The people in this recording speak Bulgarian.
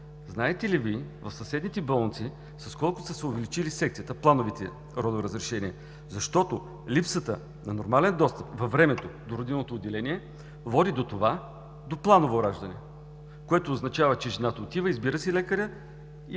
знаете ли Вие в съседните болници с колко са се увеличили секциото – плановите родоразрешения? Защото липсата на нормален достъп във времето до родителното отделение води до това – до планово раждане, което означава, че жената отива, избира си лекаря и